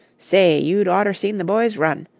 say, you'd oughter seen the boys run!